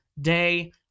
day